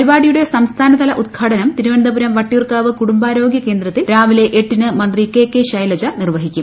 പരിപാടിയുടെ സംസ്ഥാനതല ഉദ്ഘാടനം തിരുവനന്തപുരം വട്ടിയൂർക്കാവ് കുടുംബാരോഗ്യ കേന്ദ്രത്തിൽ രാവിലെ എട്ടിന് മന്ത്രി കെ കെ ശൈലജ നിർവ്വഹിക്കും